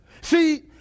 See